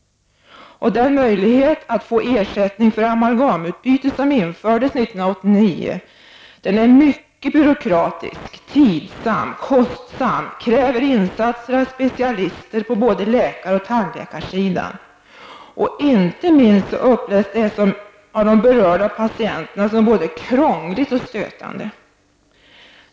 Den möjlighet att få ersättning för amalgamutbyte som infördes 1989 är mycket byråkratist, tidskrävande och kostsam. Dessutom kräver den insatser av specialister på både läkarsidan och tandläkarsidan. Inte minst upplever berörda patienter detta som både krångligt och stötande.